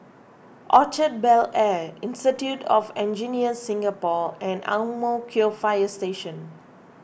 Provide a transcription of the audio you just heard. Orchard Bel Air Institute of Engineers Singapore and Ang Mo Kio Fire Station